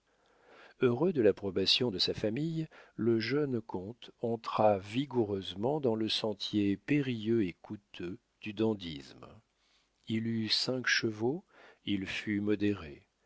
heureux de l'approbation de sa famille le jeune comte entra vigoureusement dans le sentier périlleux et coûteux du dandysme il eut cinq chevaux il fut modéré